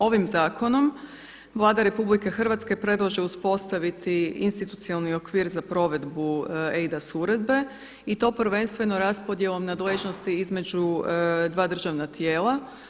Ovim zakonom Vlada RH predlaže uspostaviti institucionalni okvir za provedbu eIDAS uredbe i to prvenstveno raspodjelom nadležnosti između dva državna tijela.